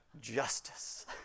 Justice